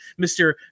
mr